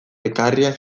ekarriak